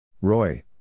Roy